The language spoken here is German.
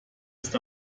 ist